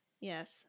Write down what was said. yes